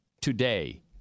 today